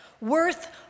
worth